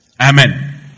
Amen